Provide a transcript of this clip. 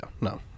no